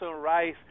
Rice